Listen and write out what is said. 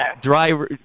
dry